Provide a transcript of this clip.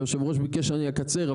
יושב הראש ביקש שאני אקצר,